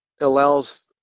Allows